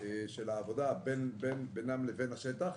של העבודה בינם לבין השטח.